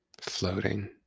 Floating